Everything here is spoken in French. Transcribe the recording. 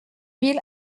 mille